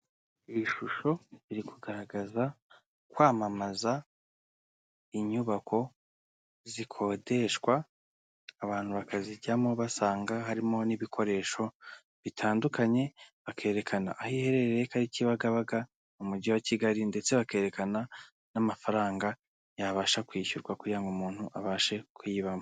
Iyi shusho iri kugaragaza kwamamaza inyubako zikodeshwa, abantu bakazijyamo basanga harimo n'ibikoresho bitandukanye, bakerekana aho iherereye ko ari Kibagabaga mu mujyi wa Kigali ndetse bakerekana n'amafaranga yabasha kwishyurwa kugira ngo umuntu abashe kuyibamo.